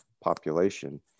population